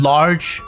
Large